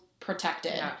Protected